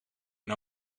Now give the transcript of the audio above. een